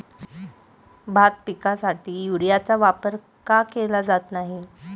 भात पिकासाठी युरियाचा वापर का केला जात नाही?